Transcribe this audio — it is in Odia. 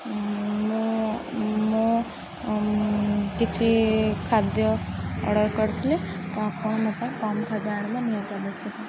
ମୁଁ ମୁଁ କିଛି ଖାଦ୍ୟ ଅର୍ଡ଼ର୍ କରିଥିଲି ତ ଆପଣ ମୋ ପାଇଁ କମ୍ ଖାଦ୍ୟ ଆଣିବା ନିହାତି ଆବଶ୍ୟକ